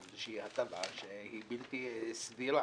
איזושהי הטבה שהיא בלתי סבירה.